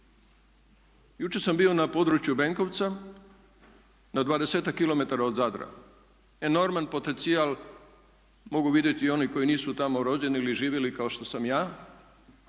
Jučer sam bio na području Benkovca, na dvadesetak kilometara od Zadra enorman potencijal mogu vidjeti i oni koji nisu tamo rođeni ili živjeli kao što sam ja,